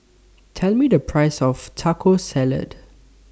Tell Me The Price of Taco Salad